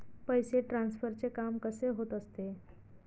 पैसे ट्रान्सफरचे काम कसे होत असते?